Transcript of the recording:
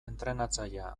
entrenatzailea